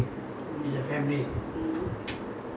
must discipline them cannot do this cannot do that